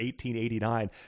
1889